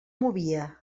movia